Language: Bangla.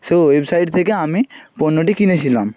সে ওয়েবসাইট থেকে আমি পণ্যটি কিনেছিলাম